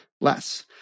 less